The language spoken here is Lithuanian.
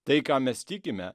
tai ką mes tikime